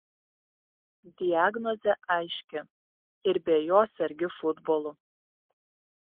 diagnozė aiški ir be jo sergi futbolu